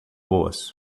boas